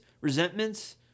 resentments